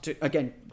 again